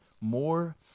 more